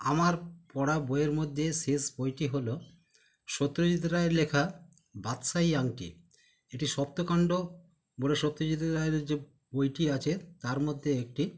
আমার পড়া বইয়ের মধ্যে শেষ বইটি হলো সত্যজিৎ রায়ের লেখা বাদশাহী আংটি এটি সপ্ত কান্ড বলে সত্যজিৎ রায়ের যে বইটি আছে তার মধ্যে একটি